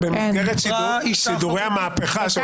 --- במסגרת שידורי המהפכה שהולכים פה,